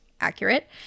Accurate